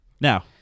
Now